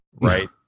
right